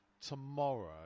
tomorrow